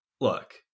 Look